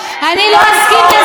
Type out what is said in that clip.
אני לא אסכים לזה.